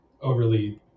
overly